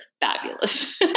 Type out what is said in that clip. fabulous